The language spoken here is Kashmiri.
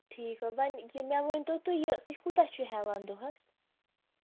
ٹھیٖک حظ وۅنۍ مےٚ ؤنۍتَو تُہۍ یہِ تُہۍ کوٗتاہ چھُو ہٮ۪وان دۄہَس